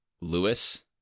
Lewis